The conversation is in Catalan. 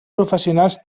professionals